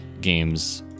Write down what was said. games